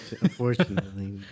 Unfortunately